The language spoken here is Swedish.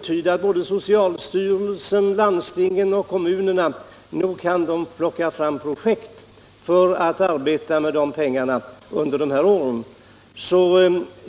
del att socialstyrelsen, landstingen och kommunerna skulle kunna få fram projekt att arbeta med för de medlen under dessa år.